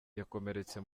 yakomeretse